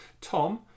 Tom